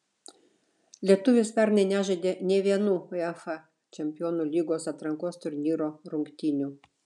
lietuvis pernai nežaidė nė vienų uefa čempionų lygos atrankos turnyro rungtynių